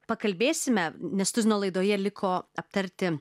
pakalbėsime nes tuzino laidoje liko aptarti